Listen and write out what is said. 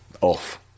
off